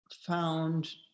found